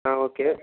okay